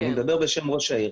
אני מדבר בשם ראש העיר.